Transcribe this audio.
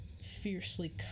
fiercely